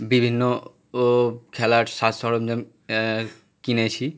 বিভিন্ন ও খেলার সাজ সরঞ্জাম কিনেছি